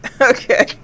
Okay